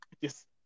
Yes